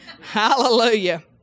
Hallelujah